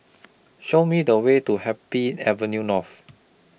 Show Me The Way to Happy Avenue North